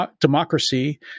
democracy